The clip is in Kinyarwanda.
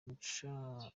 umucungamari